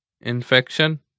Infection